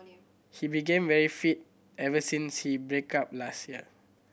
he became very fit ever since he break up last year